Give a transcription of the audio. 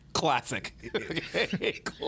Classic